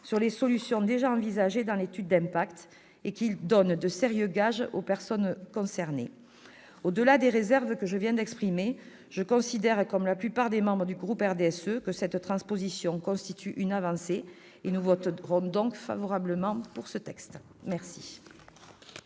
sur les solutions déjà envisagées dans l'étude d'impact et qu'il donne de sérieux gages aux personnes concernées. Au-delà des réserves que je viens d'exprimer, je considère, comme la plupart des membres du groupe du RDSE, que ces transpositions constituent des avancées. Nous voterons donc ce texte. La